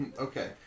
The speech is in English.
Okay